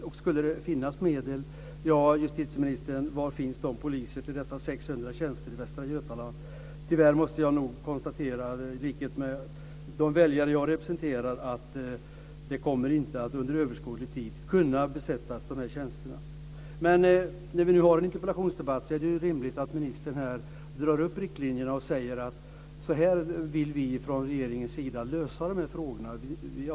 Om det skulle finnas medel, justitieministern, var finns då poliserna till dessa 600 tjänster i Västra Götaland? Tyvärr måste jag konstatera, i likhet med de väljare jag representerar, att dessa tjänster inte kommer att kunna besättas under överskådlig tid. När vi nu har en interpellationsdebatt är det rimligt att ministern drar upp riktlinjerna och säger: Så här vill vi från regeringens sida lösa frågorna.